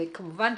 כמובן,